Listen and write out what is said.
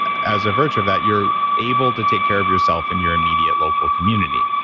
as a virtue that you're able to take care of yourself and your immediate local community.